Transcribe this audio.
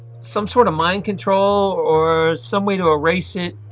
some sort of mind control, or some way to erase it,